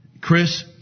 Chris